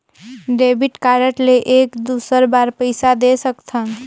Debit card ले एक दुसर बार पइसा दे सकथन?